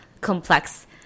complex